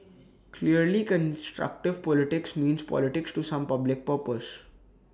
clearly constructive politics means politics to some public purpose